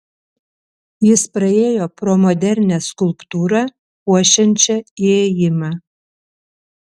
jis praėjo pro modernią skulptūrą puošiančią įėjimą